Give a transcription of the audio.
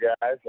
guys